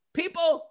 people